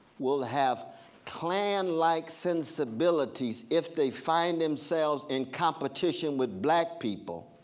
will have clan like sensibilities if they find themselves in competition with black people.